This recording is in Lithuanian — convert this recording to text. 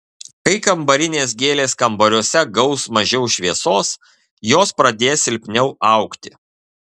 kai kambarinės gėlės kambariuose gaus mažiau šviesos jos pradės silpniau augti